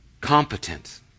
Competent